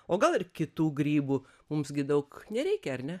o gal ir kitų grybų mums gi daug nereikia ar ne